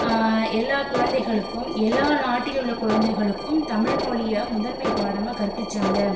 எல்லா குழந்தைகளுக்கும் எல்லா நாட்டில் உள்ளே குழந்தைகளுக்கும் தமிழ் மொழியை முதன்மை பாடமாக கற்பிச்சாங்க